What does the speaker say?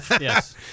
Yes